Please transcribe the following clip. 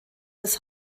des